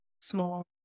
small